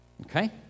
okay